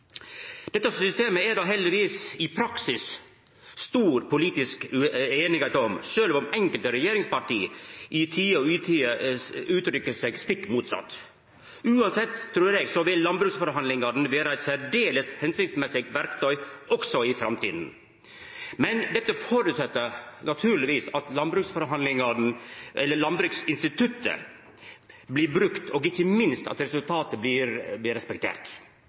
Dette systemet er det i praksis heldigvis stor politisk einigheit om, sjølv om enkelte regjeringsparti i tide og utide uttrykkjer seg stikk motsett. Uansett, trur eg, vil landbruksforhandlingane vera eit særdeles hensiktsmessig verktøy også i framtida, men det føreset naturlegvis at forhandlingsinstituttet blir brukt, og ikkje minst at resultatet blir respektert.